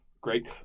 great